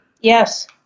Yes